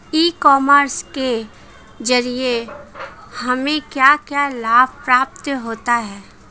ई commerce के ज़रिए हमें क्या क्या लाभ प्राप्त होता है?